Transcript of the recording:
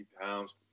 pounds